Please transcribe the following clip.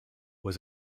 was